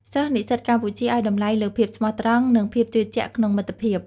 សិស្សនិស្សិតកម្ពុជាឲ្យតម្លៃលើភាពស្មោះត្រង់ និងភាពជឿជាក់ក្នុងមិត្តភាព។